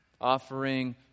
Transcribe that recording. offering